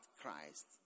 Christ